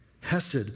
Hesed